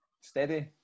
steady